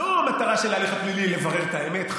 המטרה של ההליך הפלילי היא לא לברר את האמת,